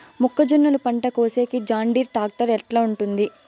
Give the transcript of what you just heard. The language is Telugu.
మొక్కజొన్నలు పంట కోసేకి జాన్డీర్ టాక్టర్ ఎట్లా ఉంటుంది?